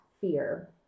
fear